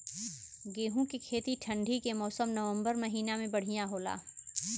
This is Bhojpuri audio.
गेहूँ के खेती ठंण्डी के मौसम नवम्बर महीना में बढ़ियां होला?